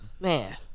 Man